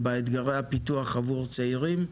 ובאתגרי הפיתוח עבור צעירים,